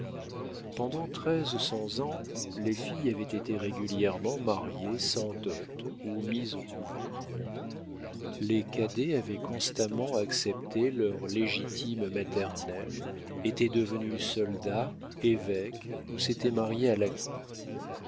pendant treize cents ans les filles avaient été régulièrement mariées sans dot ou mises au couvent les cadets avaient constamment accepté leurs légitimes maternelles étaient devenus soldats évêques ou s'étaient mariés à la cour